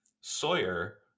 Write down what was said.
Sawyer